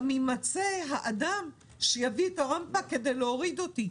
שיימצא גם האדם שיביא את הרמפה כדי להוריד אותי.